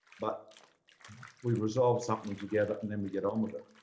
but we resolve something together, and then we get on with it.